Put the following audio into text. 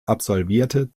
absolvierte